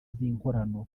z’inkorano